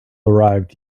arrived